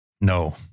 No